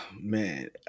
Man